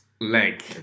leg